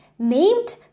Named